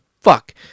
fuck